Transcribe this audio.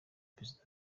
perezida